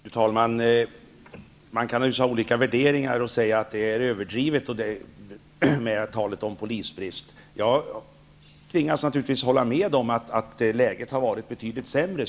Fru talman! Man kan naturligtvis ha olika värderingar och säga att talet om polisbrist är överdrift. Jag tvingas naturligtvis hålla med om att läget har varit betydligt sämre.